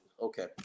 Okay